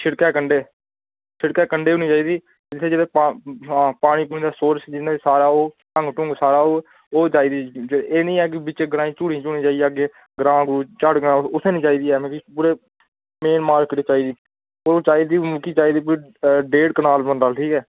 शिड़कै कंढै शिड़कै कंढै बी निं चाहिदी जित्थै जित्थै पा हां पानी पीने दा सोर्स जिन्ने सारा ओह् भङ भुङ सारा ओह् ओह् चाहिदी एह् निं ऐं कि बिच ग्रांऽ ईं झुड़ी झाड़ियें च जेइयै अग्गें ग्रांऽ ग्रूं झाड़ुआं उत्थै निं चाहिदी ऐ मिकी पूरे पूरे मालकी चाहिदी होनी चाहिदी मिकी चाहिदी कोई डेढ़ कनाल मरला ठीक ऐ